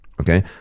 okay